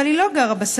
אבל היא לא גרה בסלון,